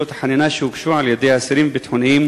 החנינה שהוגשו על-ידי האסירים הביטחוניים